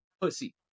pussy